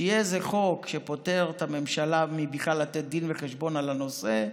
שיהיה איזה חוק שפוטר את הממשלה מלתת דין וחשבון בכלל על הנושא,